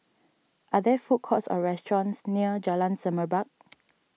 are there food courts or restaurants near Jalan Semerbak